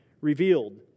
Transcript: revealed